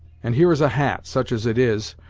and here is a hat, such as it is,